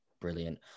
brilliant